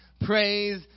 Praise